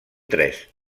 tres